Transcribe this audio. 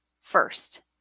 first